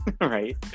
right